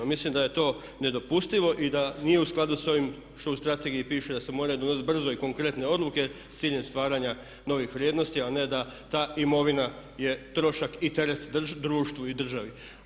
Mislim da je to nedopustivo i da nije u skladu sa ovim što u strategiji piše da se moraju donest brze i konkretne odluke s ciljem stvaranja novih vrijednosti, a ne da ta imovina je trošak i teret društvu i državi.